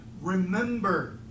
Remember